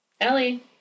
Ellie